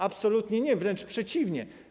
Absolutnie nie, wręcz przeciwnie.